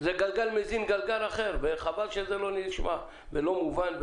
זה גלגל מזין גלגל אחר וחבל שזה לא נשמע ולא מובן.